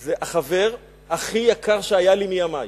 היא של החבר הכי יקר שהיה לי מימי,